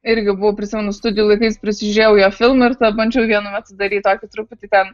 irgi buvo prisimenu studijų laikais prisižiūrėjau jo filmų ir ten bandžiau vienu metu daryt tokį truputį ten